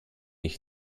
ich